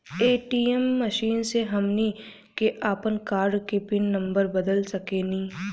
ATM machine से हमनी के आपन कार्ड के पिन नम्बर बदल सके नी